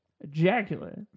ejaculate